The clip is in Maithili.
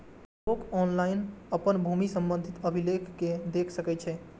लोक ऑनलाइन अपन भूमि संबंधी अभिलेख कें देख सकै छै